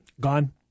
gone